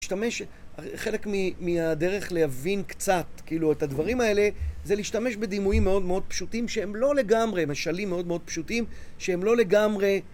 להשתמש, חלק מהדרך להבין קצת, כאילו, את הדברים האלה, זה להשתמש בדימויים מאוד מאוד פשוטים שהם לא לגמרי... משלים מאוד מאוד פשוטים, שהם לא לגמרי...